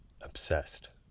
obsessed